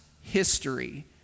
history